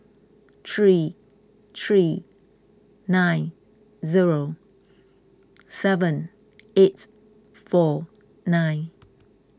three three nine zero seven eight four nine